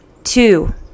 Two